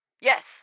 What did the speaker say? yes